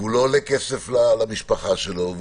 הוא לא עולה כסף למשפחה שלו,